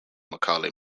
macaulay